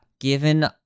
given